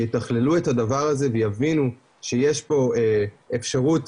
שיתכללו את הדבר הזה ויבינו שיש פה אפשרות